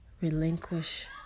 relinquish